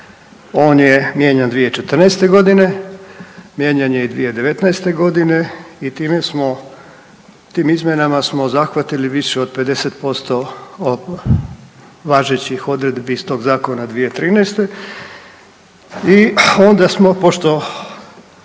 on je mijenjan 2014. g., mijenjan je i 2019. g. i time smo, tim izmjenama smo zahvatili više od 50% važećih odredbi iz tog zakona 2013. i onda smo, pošto